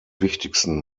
wichtigsten